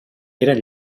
eren